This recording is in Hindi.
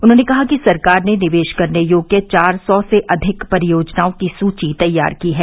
उन्होंने कहा कि सरकार ने निवेश करने योग्य चार सौ से अधिक परियोजनाओं की सूची तैयार की है